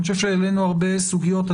אני חושב שהעלינו הרבה סוגיות.